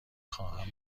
خواهم